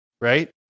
right